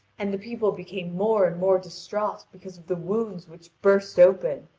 and the people became more and more distraught because of the wounds which burst open,